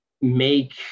make